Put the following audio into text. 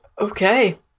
Okay